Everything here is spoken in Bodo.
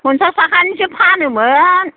फनसास थाखानिसो फानोमोन